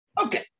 Okay